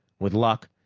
with luck,